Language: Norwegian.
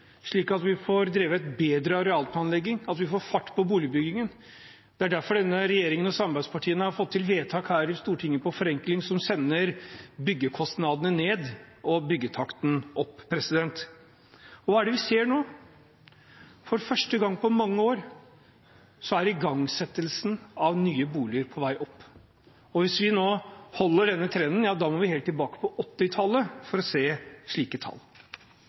slik at vi får drevet bedre arealplanlegging, får fart på boligbyggingen. Det er derfor denne regjeringen og samarbeidspartiene har fått til vedtak her i Stortinget om forenkling som sender byggekostnadene ned og byggetakten opp. Hva er det vi ser nå? For første gang på mange år er antallet igangsettelser av nye boliger på vei opp. Hvis vi nå holder denne trenden, må vi helt tilbake til 1980-tallet for å se slike tall.